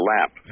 lap